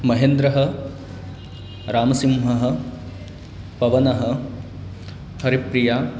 महेन्द्रः रामसिंहः पवनः हरिप्रिया